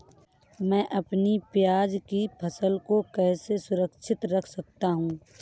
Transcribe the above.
मैं अपनी प्याज की फसल को कैसे सुरक्षित रख सकता हूँ?